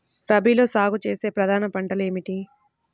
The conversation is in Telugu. రబీలో సాగు చేసే ప్రధాన పంటలు ఏమిటి?